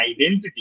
identity